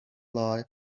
lie